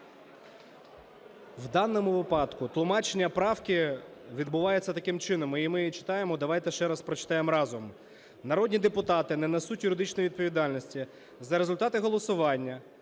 В даному випадку тлумачення правки відбувається таким чином. Ми її читаємо, давайте ще раз прочитаємо разом. "Народні депутати не несуть юридичної відповідальності за результати голосування